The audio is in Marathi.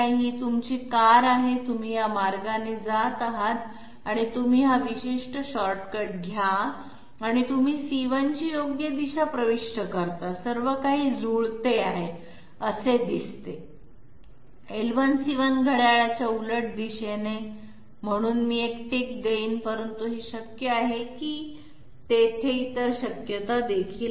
ही तुमची कार आहे तुम्ही या मार्गाने जात आहात आणि तुम्ही हा विशिष्ट शॉर्टकट घ्या आणि तुम्ही c1 ची योग्य दिशा प्रविष्ट करता सर्वकाही जुळते आहे असे दिसते l1 c1 घड्याळाच्या उलट दिशेने म्हणून मी एक टिक देईन परंतु हे शक्य आहे का की तेथे इतर शक्यता देखील आहेत